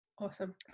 Awesome